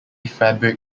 fabric